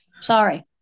Sorry